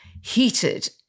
heated